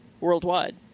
Worldwide